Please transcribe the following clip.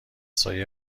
سایه